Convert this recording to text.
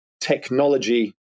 technology